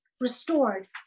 restored